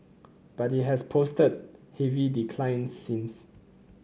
but it has posted heavy declines since